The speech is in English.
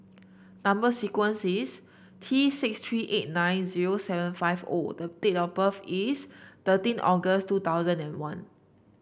number sequence is T six three eight nine zero seven five O the date of birth is thirteen August two thousand and one